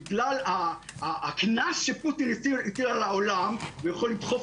בגלל הקנס שפוטין הטיל על העולם ויכול לדחוף